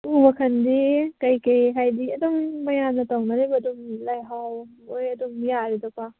ꯎ ꯃꯈꯜꯗꯤ ꯀꯩꯀꯩ ꯍꯥꯏꯗꯤ ꯑꯗꯨꯝ ꯃꯌꯥꯝꯅ ꯇꯧꯅꯔꯤꯕ ꯑꯗꯨꯝ ꯂꯩꯍꯥꯎꯃꯣꯏ ꯑꯗꯨꯝ ꯌꯥꯔꯦꯗꯀꯣ